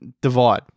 divide